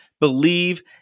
believe